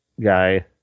guy